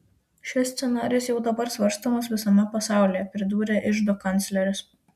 šis scenarijus jau dabar svarstomas visame pasaulyje pridūrė iždo kancleris